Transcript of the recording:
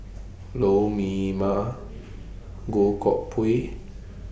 Lou Mee Wah Goh Koh Pui